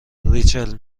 ریچل